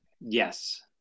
yes